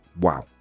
Wow